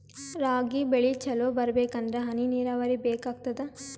ರಾಗಿ ಬೆಳಿ ಚಲೋ ಬರಬೇಕಂದರ ಹನಿ ನೀರಾವರಿ ಬೇಕಾಗತದ?